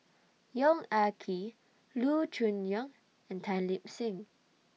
Yong Ah Kee Loo Choon Yong and Tan Lip Seng